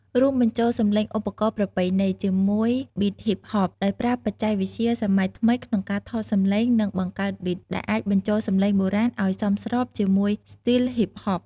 រួមបញ្ចូលសម្លេងឧបករណ៍ប្រពៃណី ជាមួយប៊ីតហ៊ីបហប ដោយប្រើបច្ចេកវិទ្យាសម័យថ្មីក្នុងការថតសម្លេង និងបង្កើតប៊ីត ដែលអាចបញ្ចូលសម្លេងបុរាណឲ្យសមស្របជាមួយ ស្ទីលហ៊ីបហប។